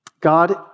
God